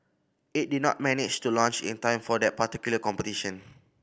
it did not manage to launch in time for that particular competition